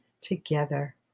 together